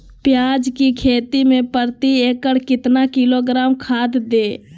प्याज की खेती में प्रति एकड़ कितना किलोग्राम खाद दे?